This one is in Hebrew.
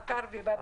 חקר ובדק.